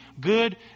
good